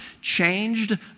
changed